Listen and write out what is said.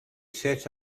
set